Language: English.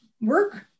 work